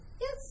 Yes